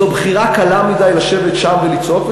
זו בחירה קלה מדי לשבת שם ולצעוק,